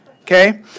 Okay